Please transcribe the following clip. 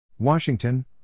Washington